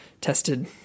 tested